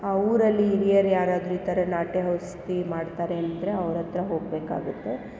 ಆ ಊರಲ್ಲಿ ಹಿರಿಯರು ಯಾರಾದರೂ ಈ ಥರ ನಾಟಿ ಔಷ್ಧಿ ಮಾಡ್ತಾರೆ ಅಂದರೆ ಅವ್ರ ಹತ್ರ ಹೋಗ್ಬೇಕಾಗುತ್ತೆ